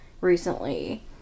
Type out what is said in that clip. recently